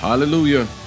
hallelujah